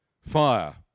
Fire